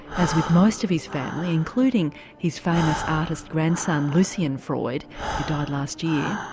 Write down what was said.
as with most of his family, including his famous artist grandson lucien freud who died last year,